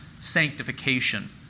Sanctification